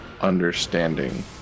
understanding